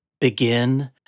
Begin